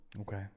Okay